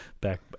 back